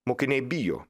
mokiniai bijo